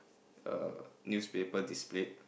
err newspaper displayed